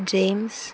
james